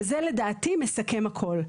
וזה, לדעתי, מסכם הכול.